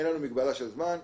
אין לנו מגבלה של זמן,